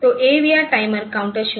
तो AVR timer counter 0